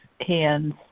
hands